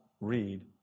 read